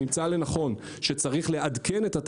מכיוון שאתה לא יכול לאשר העלאה מהירה